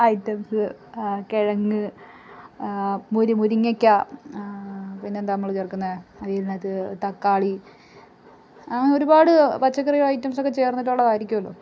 items കിഴങ്ങ് മുരി മുരിങ്ങയ്ക്ക പിന്നെ എന്താണ് നമ്മൾ ചേർക്കുന്നത് അതിനകത്ത് തക്കാളി അങ്ങനെ ഒരുപാട് പച്ചക്കറി ഐറ്റംസ് ചേർന്നിട്ടുള്ളത് ആയിരിക്കുമല്ലോ